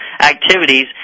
activities